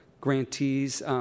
grantees